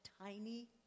tiny